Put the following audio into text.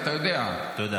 אתה יודע --- לא,